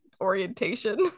orientation